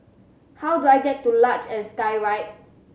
how do I get to Luge and Skyride